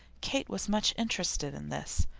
kate was much interested in this,